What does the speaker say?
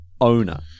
owner